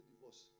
divorce